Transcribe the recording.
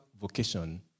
vocation